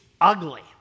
ugly